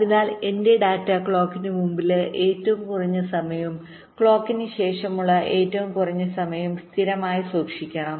അതിനാൽ എന്റെ ഡാറ്റ ക്ലോക്കിന് മുമ്പുള്ള ഏറ്റവും കുറഞ്ഞ സമയവും ക്ലോക്കിന് ശേഷമുള്ള ഏറ്റവും കുറഞ്ഞ സമയവും സ്ഥിരമായി സൂക്ഷിക്കണം